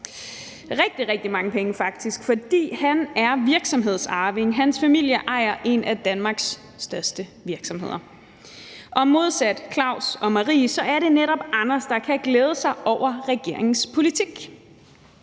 rigtig, rigtig mange penge faktisk, for han er virksomhedsarving. Hans familie ejer en af Danmarks største virksomheder. Og modsat Claus og Marie er det netop Anders, der kan glæde sig over regeringens politik.